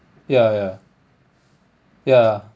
yeah yeah yeah